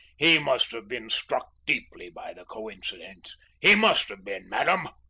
he must have been struck deeply by the coincidence he must have been, madam.